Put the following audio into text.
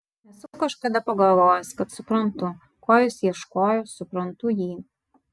esu kažkada pagalvojęs kad suprantu ko jis ieškojo suprantu jį